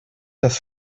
das